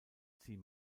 sie